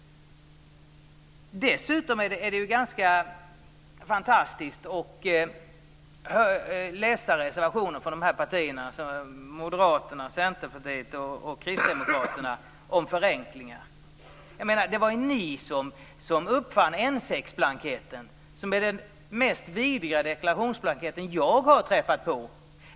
Dessutom är det ganska fantastiskt att läsa reservationer från dessa tre partier om förenklingar. Det var ju ni som uppfann N6-blanketten, som är den mest vidriga deklarationsblankett som jag har träffat på.